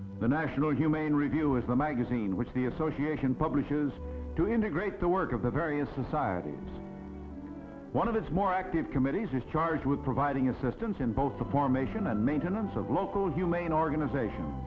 the national humane review is the magazine which the association publishes to integrate the work of the various societies one of its more active committees is charged with providing assistance in both the formation and maintenance of local humane organization